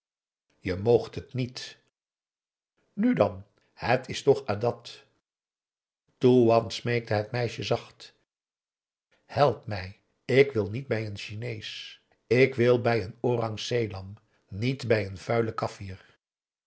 je moogt het niet nu dan het is toch oean smeekte het meisje zacht help mij ik wil niet bij een chinees ik wil bij een orang selam niet bij een vuilen kafir